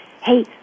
hey